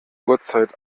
uhrzeit